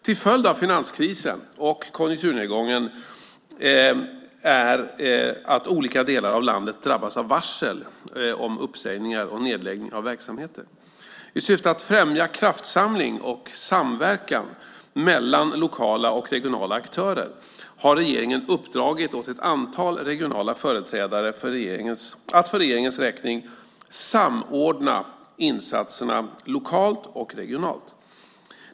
En följd av finanskrisen och konjunkturnedgången är att olika delar av landet drabbats av varsel om uppsägningar och nedläggning av verksamheter. I syfte att främja kraftsamling och samverkan mellan lokala och regionala aktörer har regeringen uppdragit åt ett antal regionala företrädare att för regeringens räkning samordna insatserna lokalt och regionalt.